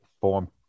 form